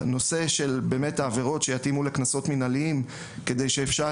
הנושא של העבירות שיתאימו לקנסות מינהליים כדי שאפשר